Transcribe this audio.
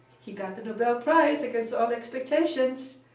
he got the nobel prize against all expectations.